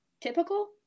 typical